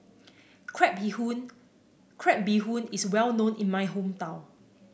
Crab Bee Hoon Crab Bee Hoon is well known in my hometown